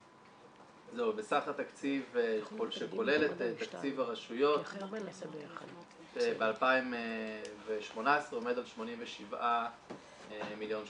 בסך התקציב שכולל את תקציב הרשויות ב-2018 עומד על 87 מיליון שקלים.